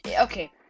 okay